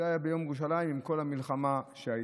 זה היה ביום ירושלים, עם כל המלחמה שהייתה.